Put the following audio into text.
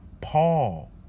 Paul